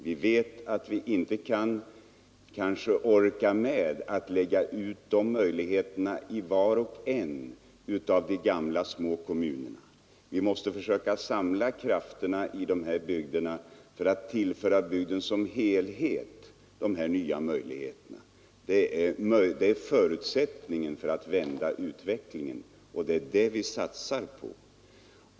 Vi vet att vi kanske inte orkar med att göra det i var och en av de gamla, små kommunerna. Vi måste försöka samla krafterna för att tillföra bygden som helhet de nya möjligheterna. Det är förutsättningen för att vända utvecklingen, och det är det vi satsar på.